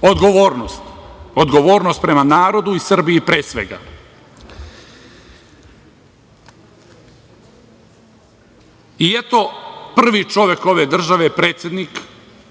odgovornost, odgovornost prema narodu i Srbiji, pre svega. Eto, prvi čovek ove države, predsednik,